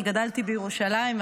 אני גדלתי בירושלים,